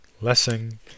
Lessing